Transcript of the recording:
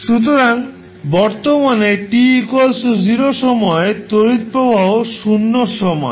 সুতরাং বর্তমানে t 0 সময়ে তড়িৎ প্রবাহ 0 এর সমান